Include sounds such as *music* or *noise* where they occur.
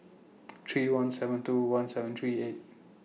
*noise* three one seven two one seven three eight